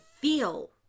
feel